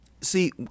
See